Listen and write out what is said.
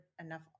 enough